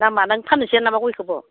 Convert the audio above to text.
दामा नों फाननोसै नामा गयखौबो